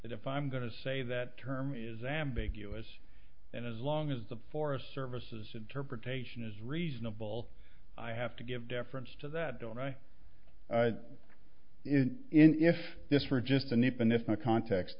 if i'm going to say that term is ambiguous and as long as the forest service is interpretation is reasonable i have to give deference to that don't i in if this were just a nip and if a cont